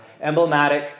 emblematic